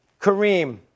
Kareem